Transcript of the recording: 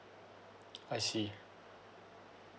I see